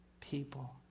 people